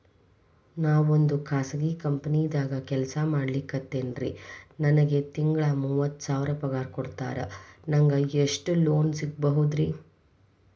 ನಾವೊಂದು ಖಾಸಗಿ ಕಂಪನಿದಾಗ ಕೆಲ್ಸ ಮಾಡ್ಲಿಕತ್ತಿನ್ರಿ, ನನಗೆ ತಿಂಗಳ ಮೂವತ್ತು ಸಾವಿರ ಪಗಾರ್ ಕೊಡ್ತಾರ, ನಂಗ್ ಎಷ್ಟು ಲೋನ್ ಸಿಗಬೋದ ರಿ?